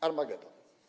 Armagedon.